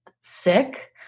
sick